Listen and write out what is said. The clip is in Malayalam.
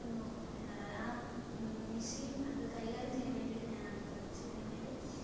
ഒന്നു എന്താണ് പറയുക ആ മെഷീൻ അത് കൈകാര്യം ചെയ്യാൻ വേണ്ടിയിട്ട് ഞാൻ ആദ്യം പഠിച്ചു പിന്നീട്